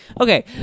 Okay